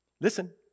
listen